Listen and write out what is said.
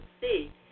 see